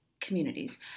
communities